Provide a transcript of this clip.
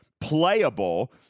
playable